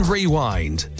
Rewind